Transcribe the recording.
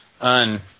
un